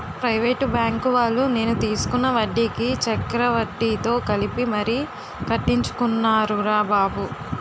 private బాంకువాళ్ళు నేను తీసుకున్న వడ్డీకి చక్రవడ్డీతో కలిపి మరీ కట్టించుకున్నారురా బాబు